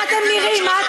מה אתם אומרים,